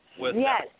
Yes